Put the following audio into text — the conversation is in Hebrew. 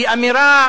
והיא אמירה